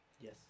Yes